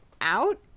out